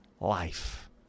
life